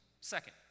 Second